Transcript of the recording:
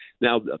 Now